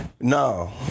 no